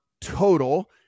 total